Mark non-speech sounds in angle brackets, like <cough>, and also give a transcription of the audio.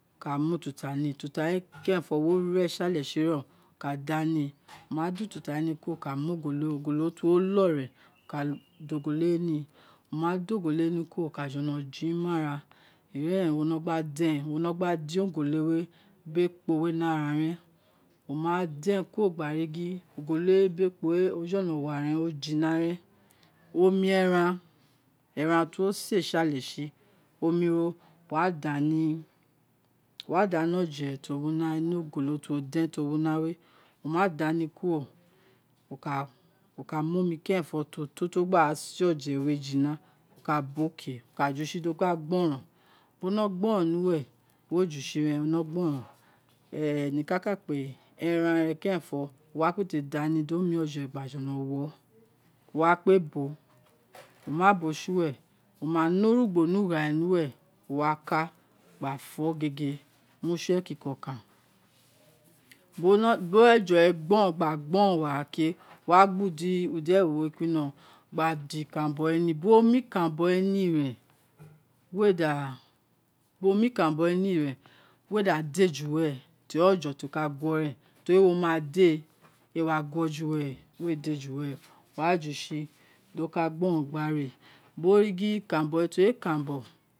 Wo ka mu ututa ni ututa we kerenfo, wo rẹ ṣi alẹ si renwo ka da ni wo ma da ututa wē ni kuro wo ka mu ogolo wē ni fi wo lo ren gba da ogolo wē ni woma da ogolo wē ni kuro wo ka jolo jirin ni ara ira eren wo no gba deny wo no gba den wo no gba den ogolo biri ekpo ni ara ren wo ma den kuro gba ri gin ogolo wi biri ekpo we o jolọ wo oro o jina ren onu ̇eran eran ti wo se si ale si omi ro wo da mi oje ti wo gbe ni una biri ogolo ti uwo dento wi una we ̄ aghan ma dani kuro <hesitation> wo ka mu omi kerenfo ti oto ri wo gba sē ojẹ jino woka bo ke iwo ka jusi do ka gbọron di oka gbọrọn ni uwe mo jusi rẹn ono gboron eren rẹ keren fo wa tètè da ni di omi oje gba jolo wó ò iwo wa kpe bo wo ma bo si uwe wo ma ne orugbo ni ugha re iwo ka kaw ka loo kagba fo aeae mu ṣi ekiko okun de ọjẹ rẹ gboron gba wo̱ ara ke wo wa gba udi ewo we kuri inọ gba da ikanranbo we ni bi wo mie ikanranbo wē ni ren wē ē da de juweru tori ọje ho ka gho ran itori wo ma dēē ēē wa guo juwere, wē dē juwon wa juor do ka gboron gba rē bi wo ri gin ikanranbo we tori ikanranbo.